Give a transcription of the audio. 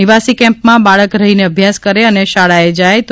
નિવાસી કેમ્પમાં બાળક રહીને અભ્યાસ કરે છે અને શાળાએ જાય છે